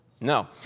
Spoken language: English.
No